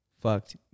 fucked